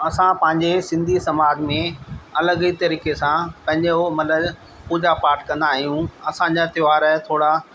असां पंहिंजे सिंधी समाज में अलॻि ई तरीक़े सां पंहिंजो मतिलबु पूॼा पाठु कंदा आहियूं असांजा त्योहार थोरा